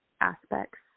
aspects